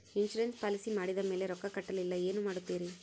Insurance policy ಮಾಡಿದ ಮೇಲೆ ರೊಕ್ಕ ಕಟ್ಟಲಿಲ್ಲ ಏನು ಮಾಡುತ್ತೇರಿ?